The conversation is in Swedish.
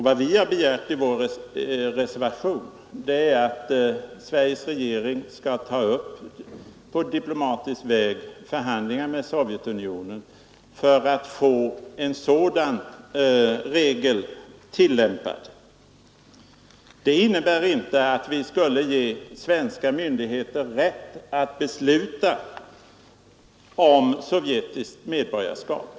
Vad vi har begärt i vår reservation är att Sveriges regering på diplomatisk väg skall ta upp förhandlingar med Sovjetunionen för att få en sådan regel tillämpad. Det innebär inte att man skulle ge svenska myndigheter rätt att besluta om sovjetiskt medborgarskap.